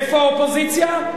איפה האופוזיציה?